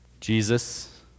Jesus